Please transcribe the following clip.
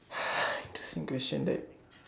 interesting question that